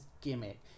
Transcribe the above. gimmick